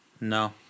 No